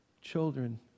children